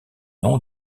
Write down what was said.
nom